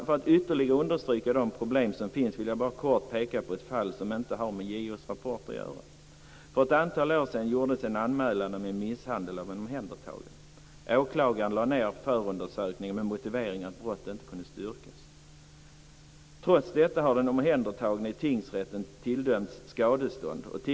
För att ytterligare understryka de problem som finns vill jag kort peka på ett fall som inte finns med i JO:s rapport. För ett antal år sedan gjordes en anmälan om en misshandel av en omhändertagen. Åklagaren lade ned förundersökningen med motiveringen att brott inte kunde styrkas. Trots detta har den omhändertagne tilldömts skadestånd i tingsrätten.